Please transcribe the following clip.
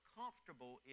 comfortable